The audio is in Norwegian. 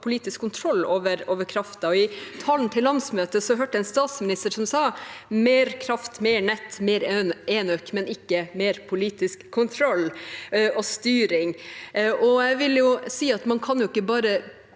politisk kontroll over kraften. I talen til landsmøtet hørte jeg en statsminister som sa: mer kraft, mer nett, mer enøk, men ikke mer politisk kontroll og styring. Jeg vil si at man ikke bare